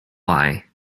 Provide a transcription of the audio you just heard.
why